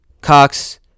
Cox